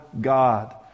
God